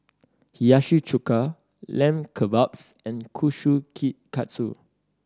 Hiyashi Chuka Lamb Kebabs and Kushikatsu